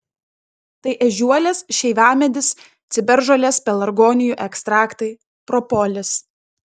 tai ežiuolės šeivamedis ciberžolės pelargonijų ekstraktai propolis